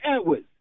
Edwards